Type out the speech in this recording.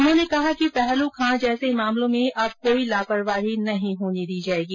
उन्होंने कहा कि पहल खां जैसे मामलों में अब कोई लापरवाही नहीं होने दी जायेगी